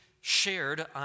shared